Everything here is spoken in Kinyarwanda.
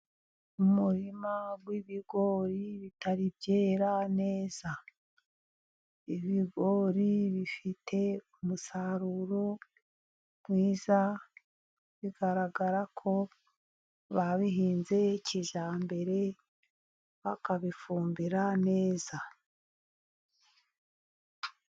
Umurima w'ibigori bitari byera neza. Ibigori bifite umusaruro mwiza, bigaragara ko babihinze kijyambere bakabifumbira neza.